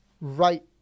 right